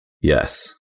Yes